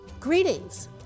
Greetings